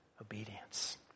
obedience